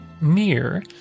mirror